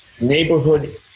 neighborhood